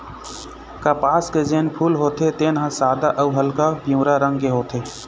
कपसा के जेन फूल होथे तेन ह सादा अउ हल्का पीवरा रंग के होथे